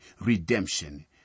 redemption